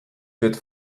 wird